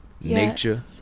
Nature